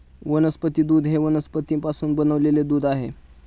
वनस्पती दूध हे वनस्पतींपासून बनविलेले दूध आहे